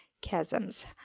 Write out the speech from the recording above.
chasms